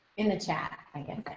in the chat again.